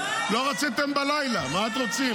לא רציתם בלילה, מה אתם רוצים?